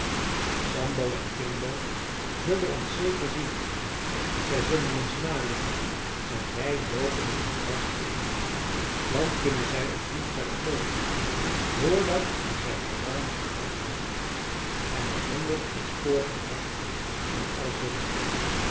sambo en quimbo zullen ons zeker zien zij zullen ons najagen en wij loopen het moeras in dan kunnen zij ons niet verder volgen vrdat zij alarm gemaakt hebben en de honden op het spoor gebracht en al zoo meer